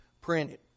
printed